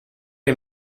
est